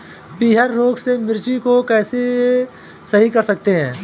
पीहर रोग से मिर्ची को कैसे सही कर सकते हैं?